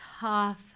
tough